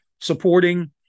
supporting